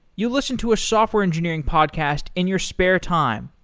you listen to a software engineering podcast in your spare time,